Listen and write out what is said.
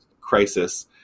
crisis